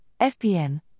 FPN